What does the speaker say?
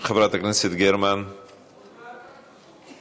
חברת הכנסת גרמן, בבקשה.